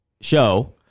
show